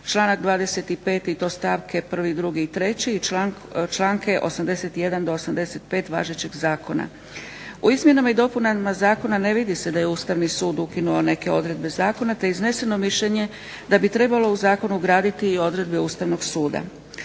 članak 25. i to stavke 1., 2. i 3. i članke 81. do 85 važećeg Zakona. U izmjenama i dopunama Zakona ne vidi se da je Ustavni sud ukinuo neke odredbe Zakona te je izneseno mišljenje da bi trebalo u Zakon ugradit i odredbe Ustavnog suda.